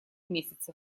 месяцев